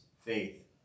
faith